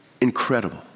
Incredible